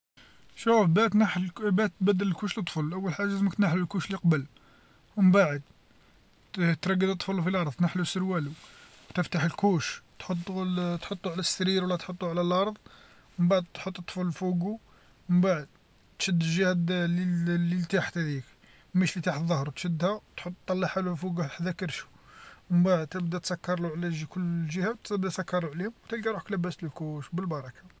شوف باه تنحي باه تبدل لكوش لطفل أول حاجه لازمك تنحي لكوش لي قبل، ومن بعد، ترقد الطفل في اللرض، تنحيلو سروالو تفتح الكوش، تحطو تحطو على السرير ولا تحطو على اللرض، من بعد تحط الطفل فوقو، من بعد، تشد الجهه اللي ل-لتحت هاذيك، ماشي تحت ظهرو تشدها تحط طلعها لو لفوق حدا كرشو، تبدا تسكر لو على كل جهه وتبدا تسكر عليهم، تلقى روحك لاباس بالبركة.